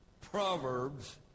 Proverbs